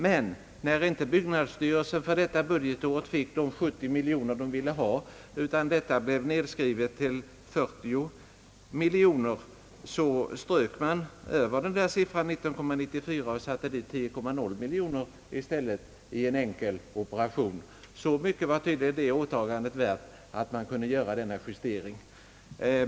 Men när byggnadsstyrelsen för detta budgetår inte fick de 70 miljoner som den ville ha utan endast 40 miljoner kronor, så strök man Över siffran 19,94 och satte dit 10,0 miljoner i stället i en enkel operation. Tydligen var åtagandet inte värt mer än att man kunde göra denna justering.